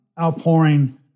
outpouring